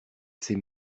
ces